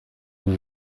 vous